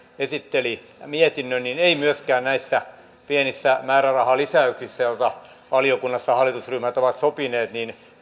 esitteli mietinnön niin ei myöskään näissä pienissä määrärahalisäyksissä joita valiokunnassa hallitusryhmät ovat sopineet